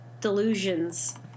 delusions